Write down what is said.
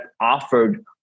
offered